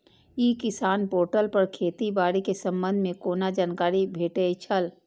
ई किसान पोर्टल पर खेती बाड़ी के संबंध में कोना जानकारी भेटय छल?